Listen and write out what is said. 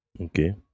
Okay